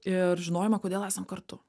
ir žinojimą kodėl esam kartu